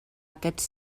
aquests